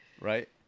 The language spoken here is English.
Right